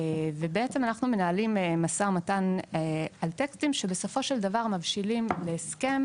אנחנו בעצם מנהלים משא ומתן על טקסטים שבסופו של דבר מבשילים להסכם